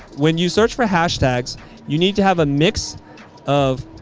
when you search for hashtags you need to have a mix of.